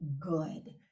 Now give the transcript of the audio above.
good